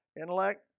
Intellect